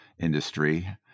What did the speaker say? industry